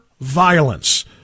violence